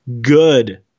Good